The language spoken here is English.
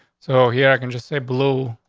so here i can just say blue,